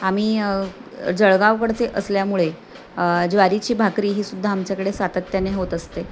आम्ही जळगावकडचे असल्यामुळे ज्वारीची भाकरी ही सुद्धा आमच्याकडे सातत्याने होत असते